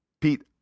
Pete